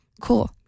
Cool